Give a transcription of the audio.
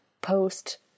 post